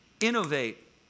Innovate